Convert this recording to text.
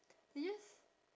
you just